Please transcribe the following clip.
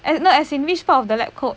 and no as in which part of the lab coat